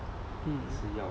mm